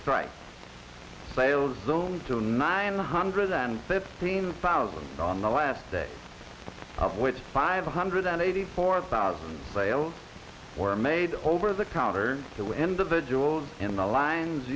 to nine hundred and fifteen thousand on the last day of which five hundred and eighty four thousand sales were made over the counter to individuals and the lines